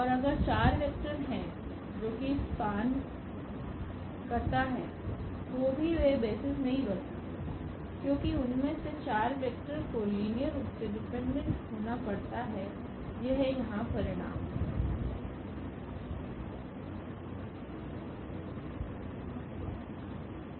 और अगर 4 वेक्टर हैं जो कि स्पान करता हैं तो भी वे बेसिस नहीं बन सकते हैं क्योंकि उनमें से 4 वेक्टर को लीनियर रूप से डिपेंडेंट होना पड़ता है यह यहाँ परिणाम है